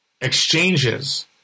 exchanges